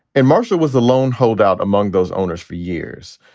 and marshall was the lone holdout among those owners for years.